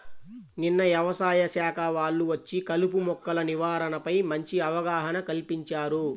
నిన్న యవసాయ శాఖ వాళ్ళు వచ్చి కలుపు మొక్కల నివారణపై మంచి అవగాహన కల్పించారు